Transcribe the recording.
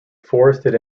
forested